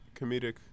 comedic